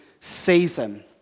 season